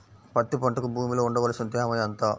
పత్తి పంటకు భూమిలో ఉండవలసిన తేమ ఎంత?